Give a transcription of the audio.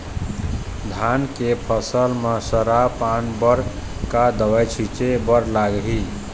धान के फसल म सरा पान बर का दवई छीचे बर लागिही?